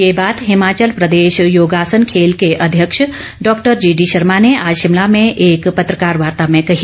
ये बात हिमाचल प्रदेश योगासन खेल के अध्यक्ष डॉक्टर जीडी शर्मा ने आज शिमला में एक पत्रकार वार्ता में कही